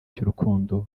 cy’urukundo